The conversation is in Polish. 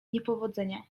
niepowodzenia